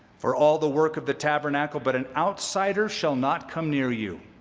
for all the work of the tabernacle but an outsider shall not come near you.